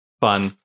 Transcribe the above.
fun